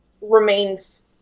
remains